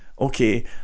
okay